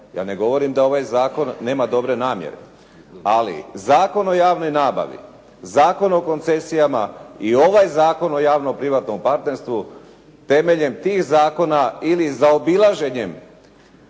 Ja ne govorim da ovaj zakon nema dobre namjere. Ali, Zakon o javnoj nabavi, Zakon o koncesijama i ovaj Zakon o javno-privatnom partnerstvu, temeljem tih zakona ili zaobilaženjem